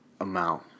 amount